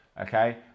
okay